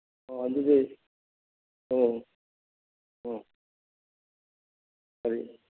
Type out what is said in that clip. ꯑꯣ ꯑꯗꯨꯗꯤ ꯑꯣ ꯑꯣ ꯑꯣ ꯀꯔꯤ